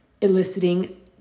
eliciting